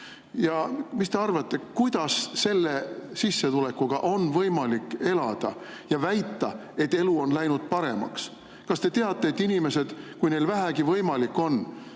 Mis te arvate, kuidas on selle sissetulekuga võimalik elada ja väita, et elu on läinud paremaks? Kas te teate, et inimesed, kui neil on vähegi võimalik,